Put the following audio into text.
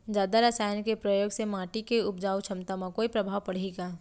जादा रसायन के प्रयोग से माटी के उपजाऊ क्षमता म कोई प्रभाव पड़ही का?